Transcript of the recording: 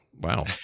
wow